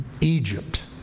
Egypt